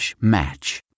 match